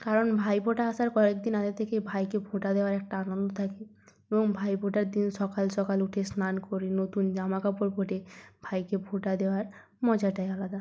কারণ ভাইফোঁটা আসার কয়েকদিন আগে থেকে ভাইকে ফোঁটা দেওয়ার একটা আনন্দ থাকে এবং ভাইফোঁটার দিন সকাল সকাল উঠে স্নান করে নতুন জামাকাপড় পরে ভাইকে ফোঁটা দেওয়ার মজাটাই আলাদা